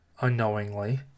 unknowingly